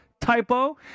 typo